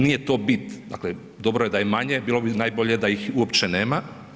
Nije to bit, dakle dobro je da je manje, bilo bi najbolje da ih uopće nema.